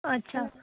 अच्छा